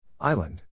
Island